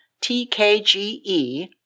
TKGE